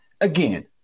Again